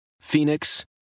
Phoenix